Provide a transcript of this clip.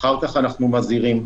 אחר כך אנחנו מזהירים,